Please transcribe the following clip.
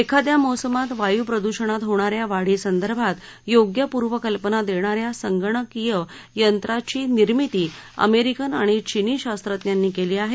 एखाद्या मोसमात वायुप्रद्षणात होणा या वाढीसंदर्भात योग्य पूर्वकल्पना देणा या संगणकीय यंत्राची निर्मिती अमेरिकन आणि चीनी शास्त्रज्ञांनी केली आहे